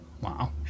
Wow